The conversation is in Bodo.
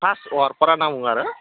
फार्स्ट वारफारा होनना बुङो आरो